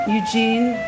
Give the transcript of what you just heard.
Eugene